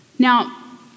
Now